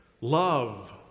Love